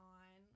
on